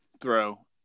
throw